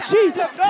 Jesus